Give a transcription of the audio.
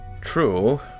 True